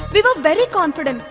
we were very confident.